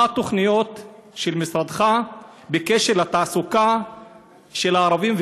מה התוכניות של משרדך בקשר לתעסוקה של הערבים,